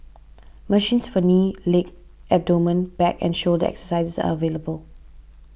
machines for knee leg abdomen back and shoulder exercises are available